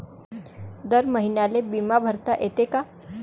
दर महिन्याले बिमा भरता येते का?